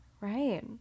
Right